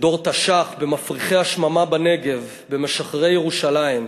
בדור תש"ח, במפריחי השממה בנגב, במשחררי ירושלים.